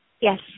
Yes